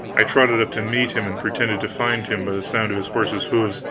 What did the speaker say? i trotted up to meet him, and pretended to find him by the sound of his horse's hoofs.